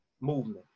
movement